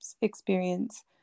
experience